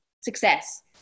Success